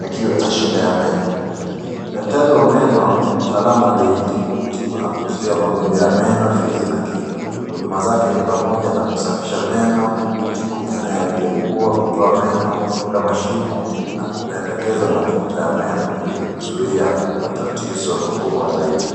akiwa na shida ya meno. Daktari wa meno ni mtaalum aliyehitimu kutibu na kuzuia magonjwa ya meno ,ufizi na kinywa huduma zake ni pamoja na kusafisha meno, kutibu meno yaliyougua, kutoa meno kuweka mashimo na kupendekeza matunzo ya meno ili kuzuia matatizo makubwa zaidi.